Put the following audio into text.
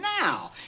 now